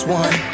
one